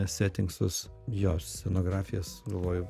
setingsus jo scenografijas galvoju